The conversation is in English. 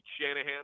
Shanahan